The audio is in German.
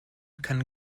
kann